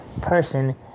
person